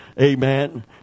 amen